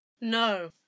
No